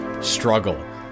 struggle